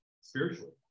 spiritually